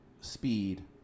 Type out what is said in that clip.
speed